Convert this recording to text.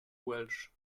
welsh